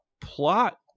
plot